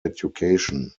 education